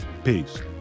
Peace